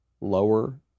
lower